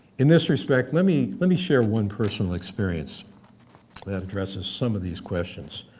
in this respect, let me let me share one personal experience that addresses some of these questions.